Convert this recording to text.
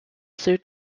ses